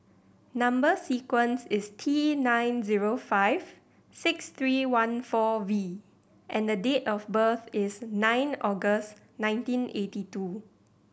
number sequence is T nine zero five six three one four V and date of birth is nine August nineteen eighty two